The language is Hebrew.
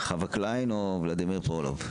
חוה קליין או ולדימיר פרולוב?